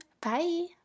bye